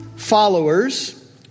Followers